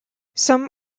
some